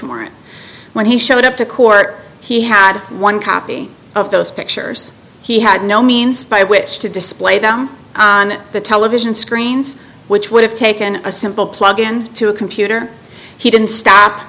warrant when he showed up to court he had one copy of those pictures he had no means by which to display them on the television screens which would have taken a simple plug in to a computer he didn't stop